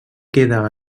queda